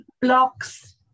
Blocks